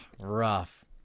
rough